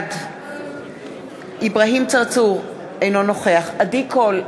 בעד אברהים צרצור, אינו נוכח עדי קול,